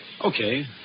Okay